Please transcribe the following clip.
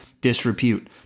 disrepute